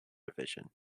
division